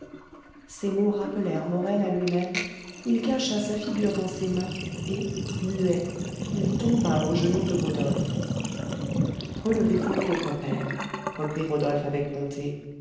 ces mots rappelèrent morel à lui-même il cacha sa figure dans ses mains et muet il tomba aux genoux de rodolphe relevez-vous pauvre père reprit rodolphe avec bonté